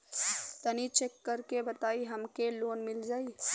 तनि चेक कर के बताई हम के लोन मिल जाई?